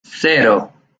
cero